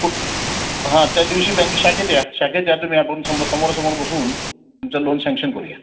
हां त्या दिवशी बँक शाखेत या शाखेत या तुम्ही आपण समोर समोरासमोर बसून तुमचं लोन सँक्शन करूया